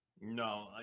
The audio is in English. No